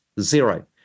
zero